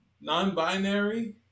Non-binary